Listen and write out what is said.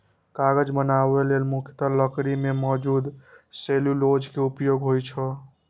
कागज बनबै लेल मुख्यतः लकड़ी मे मौजूद सेलुलोज के उपयोग होइ छै